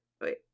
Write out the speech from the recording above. Wait